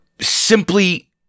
simply